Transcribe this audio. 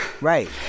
Right